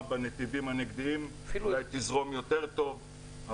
בנתיבים הנגדיים אולי תזרום יותר טוב,